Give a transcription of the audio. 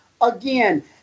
again